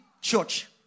church